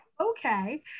okay